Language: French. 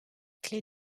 clef